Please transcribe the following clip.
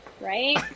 right